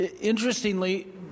Interestingly